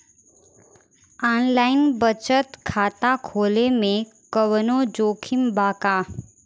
Online बचत खाता खोले में कवनो जोखिम बा का?